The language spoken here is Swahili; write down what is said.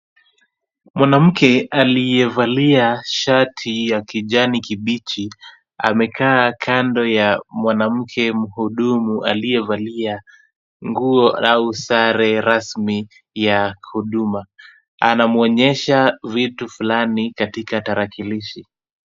Mwanamke aliyevalia shati ya kijani kibichi, amekaa kando ya mwanamke muhudumu aliyevalia nguo au sare rasmi ya huduma. Anamuonyesha vitu fulani katika tarakilishi.